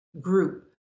group